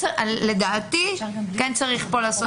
לדעתי פה כן צריך לעשות.